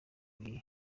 iri